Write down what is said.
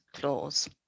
clause